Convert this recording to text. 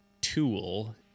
tool